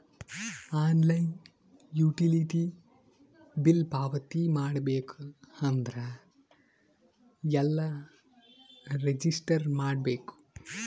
Online utility bill ಪಾವತಿ ಮಾಡಬೇಕು ಅಂದ್ರ ಎಲ್ಲ ರಜಿಸ್ಟರ್ ಮಾಡ್ಬೇಕು?